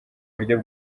buryo